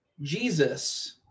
Jesus